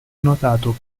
notato